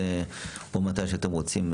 או מתי שאתם רוצים,